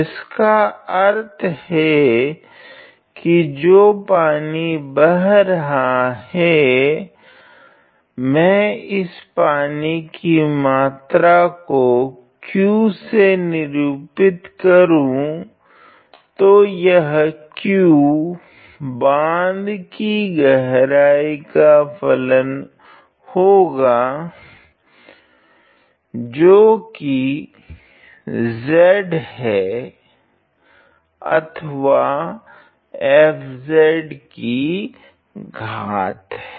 जिसका अर्थ हे की जो पानी बह रहा हे मैं इस पानी की मात्रा को q से निरुपित करूँ तो यह qबांध की गहराई का फलन होगा जो की z हे अथवा fz की घात है